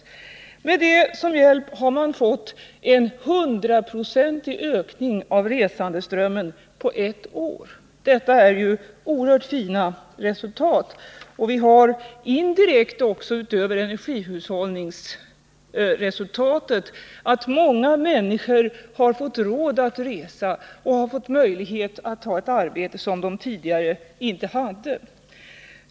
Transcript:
På detta sätt har man när det gäller kollektivtrafiken på ett år fått en 100-procentig ökning av resandeströmmen. Det är ett oerhört fint resultat. Utöver energihushållningsresultatet har vi indirekt nått ett annat resultat, att många människor har fått råd att resa och har fått möjlighet att ta ett arbete, något som de tidigare inte hade möjlighet till.